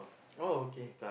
oh okay